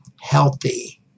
healthy